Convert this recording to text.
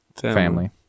family